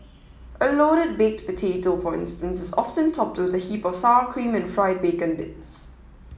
a loaded baked potato for instance is often topped with a heap of sour cream and fried bacon bits